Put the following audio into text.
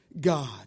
God